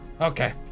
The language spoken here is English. Okay